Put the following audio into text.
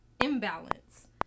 imbalance